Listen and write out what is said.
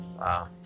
Wow